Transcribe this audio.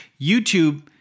YouTube